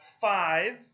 five